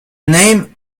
name